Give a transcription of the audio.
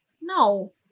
No